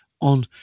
on